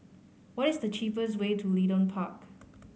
what is the cheapest way to Leedon Park